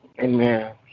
Amen